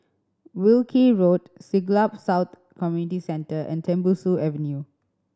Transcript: Wilkie Road Siglap South Community Centre and Tembusu Avenue